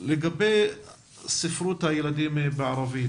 לגבי ספרות הילדים בערבית,